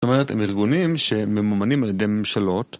זאת אומרת, הם ארגונים שממומנים על ידי ממשלות